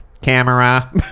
Camera